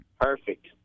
Perfect